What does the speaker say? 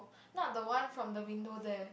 not the one from the window there